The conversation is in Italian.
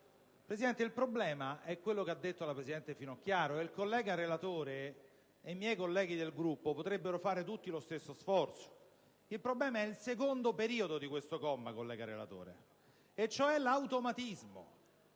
emendamento. Il problema è quello che ha esposto la presidente Finocchiaro. Il collega relatore e i miei colleghi del Gruppo potrebbero fare tutti lo stesso sforzo. Il problema è il secondo periodo di questo comma, collega relatore, cioè l'automatismo,